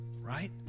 Right